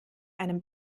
einem